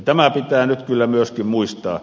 tämä pitää nyt kyllä myöskin muistaa